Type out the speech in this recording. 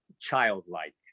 childlike